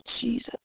Jesus